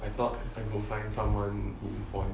I thought I go find someone in poly